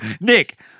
Nick